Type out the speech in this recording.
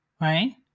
right